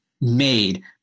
made